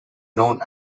known